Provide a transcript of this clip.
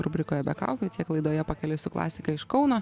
rubrikoje be kaukių tiek laidoje pakeliui su klasika iš kauno